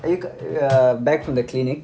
are you a~ from the clinic